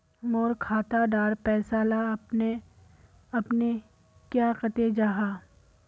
मोर खाता डार पैसा ला अपने अपने क्याँ कते जहा?